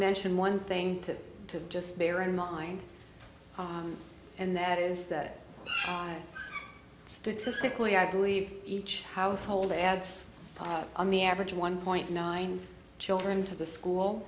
mention one thing to just bear in mind and that is that statistically i believe each household adds on the average one point nine children to the school